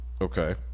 Okay